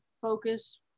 focus